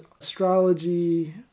astrology